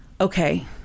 Okay